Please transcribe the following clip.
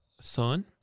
son